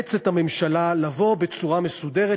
ולאלץ את הממשלה לבוא בצורה מסודרת,